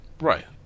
Right